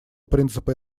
принципы